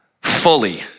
fully